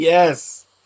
yes